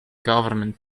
government